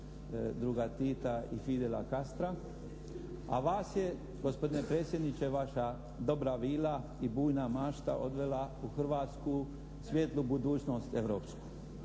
druga Tita i Fidela Castra a vas je gospodine predsjedniče vaša dobra vila i bujna mašta odvela u hrvatsku svijetlu budućnost europsku.